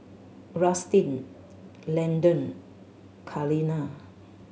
Rustin Landen Kaleena